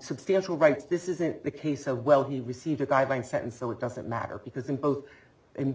substantial rights this isn't the case oh well he received a guideline sentence so it doesn't matter because in both and